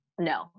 No